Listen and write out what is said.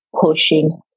pushing